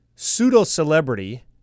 Pseudo-celebrity